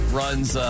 runs